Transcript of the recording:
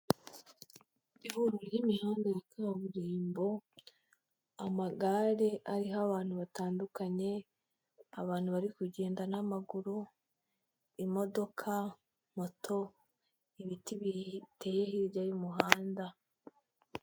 Ihuriro ry'imihanda ya kaburimbo, amagare ariho abantu batandukanye, abantu bari kugenda n'amaguru, imodoka, moto, ibiti biteye hirya y'umuhanda.